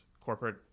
corporate